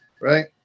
right